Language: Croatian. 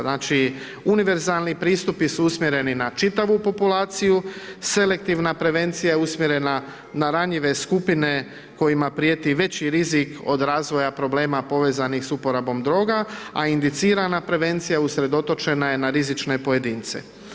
Znači univerzalni pristupi su usmjereni na čitavu populaciju, selektivna prevencija je usmjerena na ranjive skupine kojima prijeti veći rizik od razvoja problema povezanih sa uporabom droga, a indicirana prevencija usredotočena je na rizične pojedince.